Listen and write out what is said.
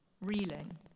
Reeling